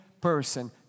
person